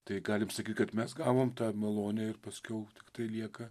tai galim sakyt kad mes gavom tą malonę ir paskiau tiktai lieka